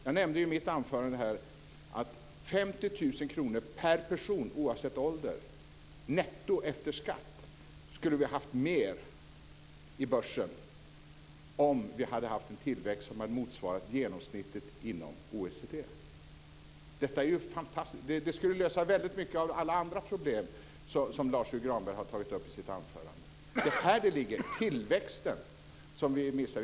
Jag nämnde i mitt anförande att vi netto efter skatt skulle haft 50 000 kr mer i börsen per person oavsett ålder om vi hade haft en tillväxt som motsvarat genomsnittet inom OECD. Det skulle lösa väldigt många av de andra problem som Lars U Granberg tagit upp i sitt anförande. Det är här det ligger. Det är tillväxten som vi missar.